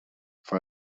for